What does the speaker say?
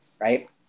right